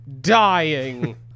dying